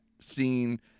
scene